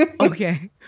Okay